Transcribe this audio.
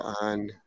on